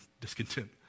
discontent